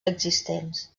existents